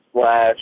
slash